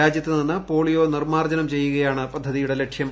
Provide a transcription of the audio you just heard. രാജ്യത്തുനിന്ന് polio നിർമ്മാർജ്ജനം ചെയ്യുകയാണ് പദ്ധതിയുടെ ലക്ഷ്യം